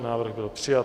Návrh byl přijat.